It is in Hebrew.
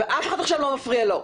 אף אחד עכשיו לא מפריע לו.